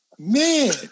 Man